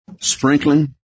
Sprinkling